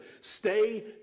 Stay